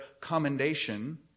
commendation